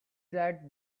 that